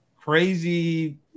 crazy